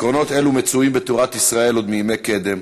עקרונות אלו מצויים בתורת ישראל עוד מימי קדם.